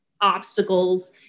obstacles